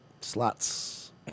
Slots